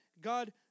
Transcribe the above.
God